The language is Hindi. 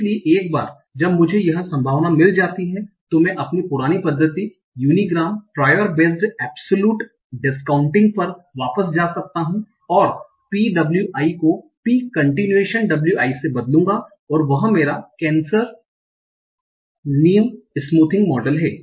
इसलिए एक बार जब मुझे यह संभावना मिल जाती है तो मैं अपने पुरानी पद्धति unigram prior based absolute discounting पर वापस जा सकता हूं और p w i को p continuation w i से बदलूंगा और वह मेरा नेसर ने स्मूथिंग मॉडल है